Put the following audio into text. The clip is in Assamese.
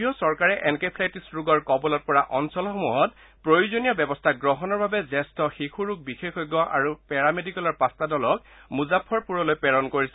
ইতিমধ্যে কেন্দ্ৰীয় চৰকাৰে এনকেফেলাইটিছ ৰোগৰ কৱলত পৰা অঞ্চলসমূহত প্ৰয়োজনীয় ব্যৱস্থা গ্ৰহণৰ বাবে জ্যেষ্ঠ শিশু ৰোগ বিশেষজ্ঞ আৰু পেৰামেডিকেলৰ পাঁচটা দলক মুজাফ্ফৰপুৰলৈ প্ৰেৰণ কৰিছে